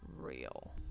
real